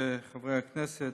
חברי הכנסת,